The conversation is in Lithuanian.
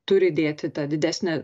turi dėti tą didesnę